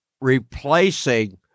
replacing